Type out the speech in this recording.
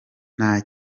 nta